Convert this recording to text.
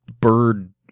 bird